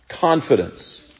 confidence